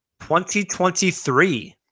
2023